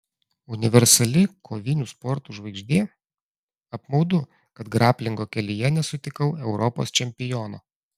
universali kovinių sportų žvaigždė apmaudu kad graplingo kelyje nesutikau europos čempiono